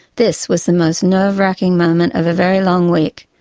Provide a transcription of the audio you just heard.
this was the most nerve-racking moment of a very long week,